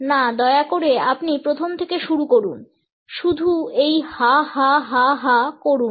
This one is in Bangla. না দয়া করে আপনি প্রথম থেকে শুরু করুন শুধু এই হা হা হা হা করুন